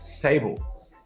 table